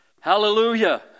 Hallelujah